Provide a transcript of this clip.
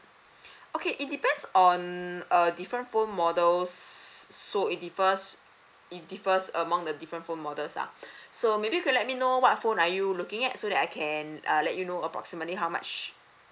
okay it depends on uh different phone models so it differs it differs among the different phone models ah so maybe you could let me know what phone are you looking at so that I can uh let you know approximately how much